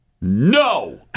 No